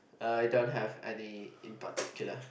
uh I don't have any in particular